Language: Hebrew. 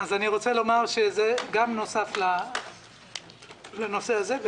זה גם נוסף לנושא הזה,